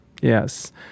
Yes